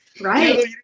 right